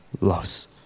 loves